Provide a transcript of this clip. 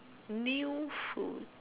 new food